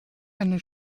eine